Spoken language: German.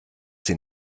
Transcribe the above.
sie